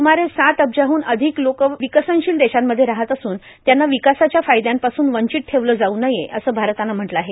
सुमारे सात अब्ज्याहन अधिक लोकं विकसनशिल देशांमध्ये राहत असून त्यांना विकासाच्या फायदयांपासून वंचित ठेवलं जावू नये असं भारतानं म्हटलं आहे